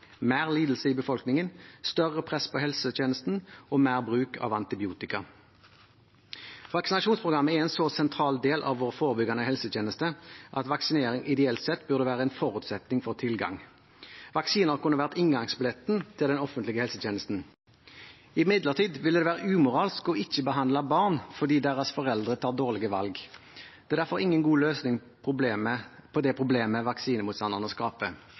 mer lidelse i befolkningen, større press på helsetjenesten og mer bruk av antibiotika. Vaksinasjonsprogrammet er en så sentral del av vår forebyggende helsetjeneste at vaksinering ideelt sett burde være en forutsetning for tilgang. Vaksiner kunne vært inngangsbilletten til den offentlige helsetjenesten. Imidlertid ville det være umoralsk ikke å behandle barn fordi deres foreldre tar dårlige valg. Det er derfor ingen god løsning på det problemet